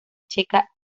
checa